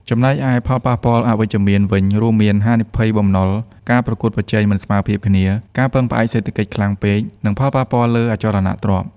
ចំណែកឯផលប៉ះពាល់អវិជ្ជមានវិញរួមមាន ហានិភ័យបំណុល ការប្រកួតប្រជែងមិនស្មើភាពគ្នា ការពឹងផ្អែកសេដ្ឋកិច្ចខ្លាំងពេក និងផលប៉ះពាល់លើអចលនទ្រព្យ។